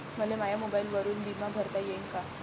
मले माया मोबाईलवरून बिमा भरता येईन का?